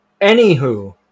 Anywho